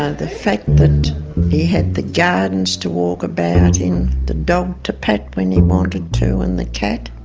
ah the fact that he had the gardens to walk about in, the dog to pat when he wanted to and the cat,